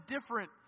different